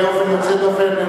באופן יוצא דופן,